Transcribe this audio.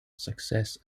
success